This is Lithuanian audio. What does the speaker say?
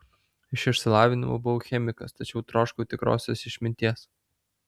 iš išsilavinimo buvau chemikas tačiau troškau tikrosios išminties